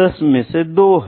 10 में से 2 है